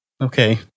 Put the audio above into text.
okay